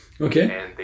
Okay